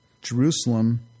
Jerusalem